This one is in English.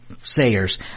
Sayers